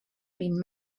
been